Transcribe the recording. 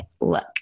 look